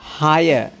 Higher